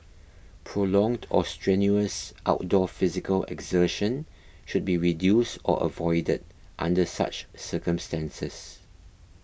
prolonged or strenuous outdoor physical exertion should be reduced or avoided under such circumstances